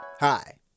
Hi